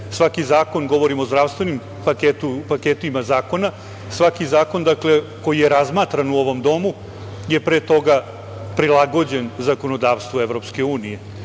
svaki zakon, govorim o zdravstvenim paketima zakona, koji je razmatran u ovom domu je pre toga prilagođen zakonodavstvu EU. Podsetiću